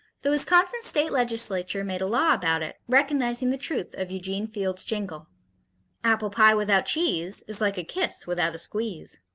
the wisconsin state legislature made a law about it, recognizing the truth of eugene field's jingle apple pie without cheese is like a kiss without a squeeze.